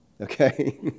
okay